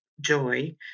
joy